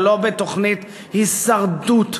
אתה לא בתוכנית הישרדות,